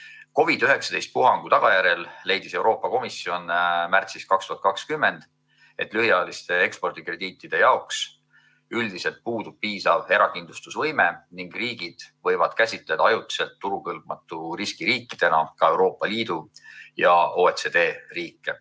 COVID‑19 puhangu tagajärjel leidis Euroopa Komisjon 2020. aasta märtsis, et lühiajaliste ekspordikrediitide jaoks üldiselt puudub piisav erakindlustusvõime ning riigid võivad käsitleda ajutiselt turukõlbmatute riskiriikidena ka Euroopa Liidu ja OECD riike.